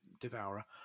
Devourer